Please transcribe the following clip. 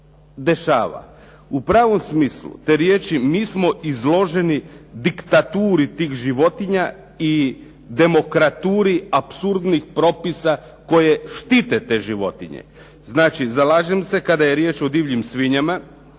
U pravom smislu te riječi, mi smo izloženi diktaturi tih životinja i demokraturi apsurdnih propisa koje štite te životinje. Znači, zalažem se kada je riječ o divljim svinjama